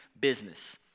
business